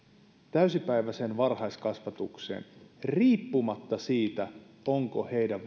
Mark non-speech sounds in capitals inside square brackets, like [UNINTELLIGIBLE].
täysipäiväiseen varhaiskasvatukseen riippumatta siitä ovatko heidän [UNINTELLIGIBLE]